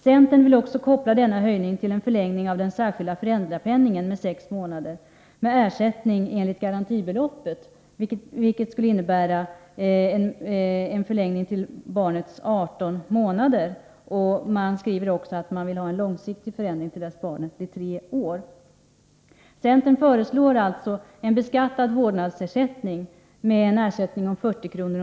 Centern vill också koppla denna höjning till en förlängning av den särskilda föräldrapenningen med sex månader med ersättning enligt garantibeloppet, vilket skulle innebära en förlängning tills barnet är 18 månader. Man skriver också att man vill ha till stånd en långsiktig förändring till dess barnet blir tre år. Centern föreslår alltså en beskattad vårdnadsersättning med en ersättning på 40 kr.